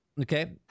Okay